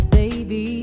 baby